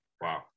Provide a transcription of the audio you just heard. Wow